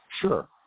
Sure